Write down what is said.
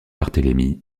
barthélemy